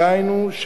דהיינו,